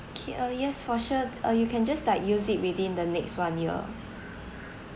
K uh yes for sure uh you can just like use it within the next one year